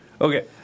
okay